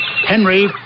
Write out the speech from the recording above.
Henry